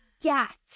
Yes